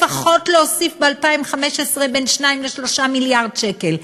לפחות להוסיף ב-2015 בין 2 ל-3 מיליארד שקל,